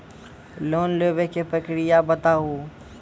Loan लेवे के प्रक्रिया बताहू?